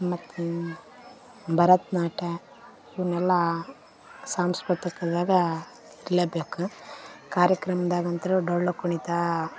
ಮತ್ತು ಭರತ್ ನಾಟ್ಯ ಇವ್ನೆಲ್ಲ ಸಾಂಸ್ಕೃತಿಕದಾಗ ಇರಲೇಬೇಕು ಕಾರ್ಯಕ್ರಮ್ದಾಗ ಅಂತು ಡೊಳ್ಳು ಕುಣಿತ